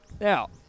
Now